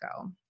go